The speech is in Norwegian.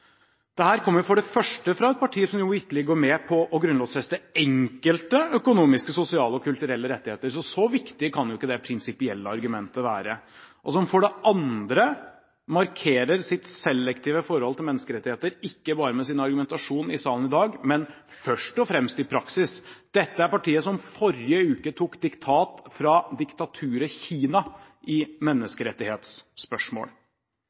kommer for det første fra et parti som jo vitterlig går med på å grunnlovfeste enkelte økonomiske og sosiale og kulturelle rettigheter, så så viktig kan jo ikke det prinsipielle argumentet være, og som for det andre markerer sitt selektive forhold til menneskerettigheter ikke bare med sin argumentasjon her i salen i dag, men først og fremst i praksis. Dette er partiet som forrige uke tok diktat fra diktaturet Kina i